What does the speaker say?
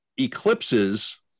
eclipses